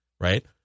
right